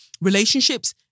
Relationships